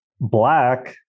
Black